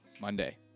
Monday